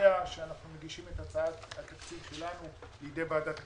שקובע שאנחנו מגישים את הצעת התקציב שלנו לידי ועדת הכספים.